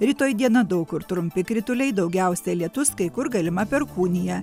rytoj dieną daug kur trumpi krituliai daugiausiai lietus kai kur galima perkūnija